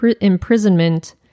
imprisonment